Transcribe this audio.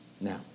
Now